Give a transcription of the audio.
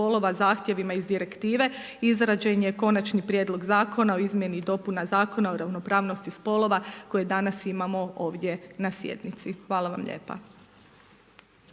zahtjevima iz direktive, izrađen je Konačni prijedlog Zakona o izmjeni i dopunama Zakona o ravnopravnosti spolova koji danas imamo ovdje na sjednici. Hvala vam lijepa.